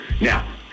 Now